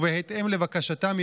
ובהתאם לבקשתם,